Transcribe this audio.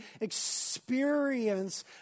experience